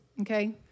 okay